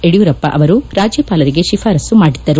ಯಡಿಯೂರಪ್ಪ ಅವರು ರಾಜ್ಯಪಾಲರಿಗೆ ಶಿಫಾರಸು ಮಾಡಿದ್ದರು